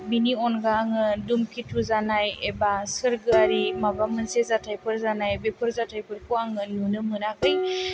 बेनि अनगा आङो दुमकेथु जानाय एबा सोरगोयारि माबा मोनसे जाथाइफोर जानाय बेफोर जाथाइ फोरखौ आङो नुनो मोनाखै